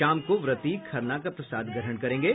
शाम को व्रती खरना का प्रसाद ग्रहण करेंगे